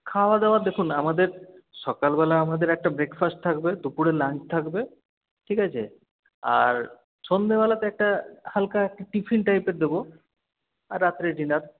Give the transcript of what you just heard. খাওয়া দাওয়া দেখুন আমাদের সকালবেলা আমাদের একটা ব্রেকফাস্ট থাকবে দুপুরে লাঞ্চ থাকবে ঠিক আছে আর সন্ধ্যেবেলাতে একটা হালকা একটা টিফিন টাইপের দেব আর রাত্রে ডিনার